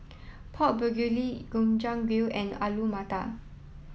Pork Bulgogi Gobchang Gui and Alu Matar